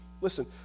Listen